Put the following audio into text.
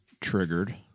Triggered